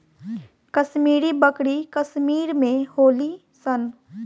कश्मीरी बकरी कश्मीर में होली सन